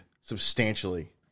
substantially